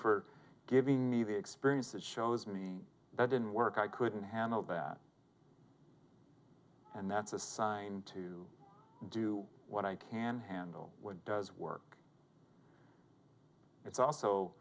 for giving me the experience that shows me that didn't work i couldn't handle that and that's a sign to do what i can handle what does work it's also